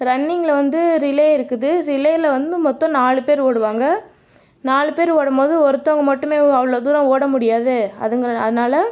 ரன்னிங்கில் வந்து ரிலே இருக்குது ரிலேயில் வந்து மொத்தம் நாலு பேர் ஓடுவாங்க நாலு பேர் ஓடும் போது ஒருத்தவங்க மட்டுமே அவ்வளோ தூரம் ஓட முடியாது அதுங்கிறது அதனால்